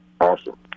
awesome